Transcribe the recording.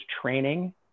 training